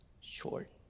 short